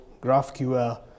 GraphQL